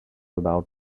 about